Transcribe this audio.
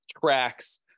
tracks